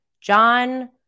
John